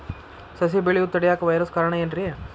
ಸಸಿ ಬೆಳೆಯುದ ತಡಿಯಾಕ ವೈರಸ್ ಕಾರಣ ಏನ್ರಿ?